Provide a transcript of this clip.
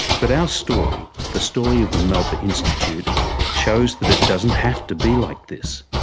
but our story the story of the malpa institute shows that it doesn't have to be like this.